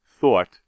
thought